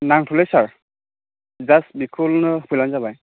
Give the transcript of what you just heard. नांथ'ले सार जास्थ बेखौनो होफैलानो जाबाय